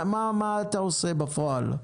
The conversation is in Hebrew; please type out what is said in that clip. מה אתה עושה בפועל?